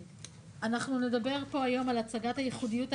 אנחנו נדבר פה היום על הצגת הייחודיות,